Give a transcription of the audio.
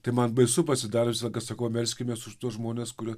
tai man baisu pasidarė aš visą laiką sakau melskimės už tuos žmones kurie